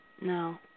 No